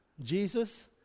Jesus